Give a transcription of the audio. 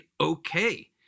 okay